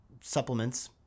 supplements